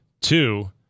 Two